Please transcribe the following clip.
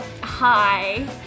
Hi